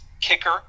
kicker